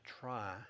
try